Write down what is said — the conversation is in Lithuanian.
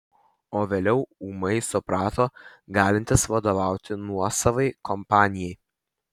o vėliau ūmai suprato galintis vadovauti nuosavai kompanijai